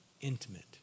intimate